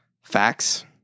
facts